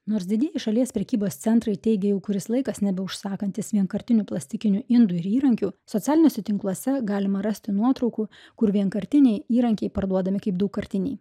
nors didieji šalies prekybos centrai teigia jau kuris laikas nebeužsakantys vienkartinių plastikinių indų ir įrankių socialiniuose tinkluose galima rasti nuotraukų kur vienkartiniai įrankiai parduodami kaip daugkartiniai